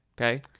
Okay